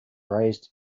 raised